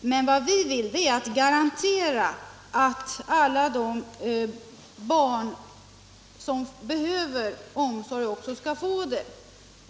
Men vi vill garantera att alla barn som behöver omsorg också skall få det.